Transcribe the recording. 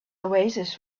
oasis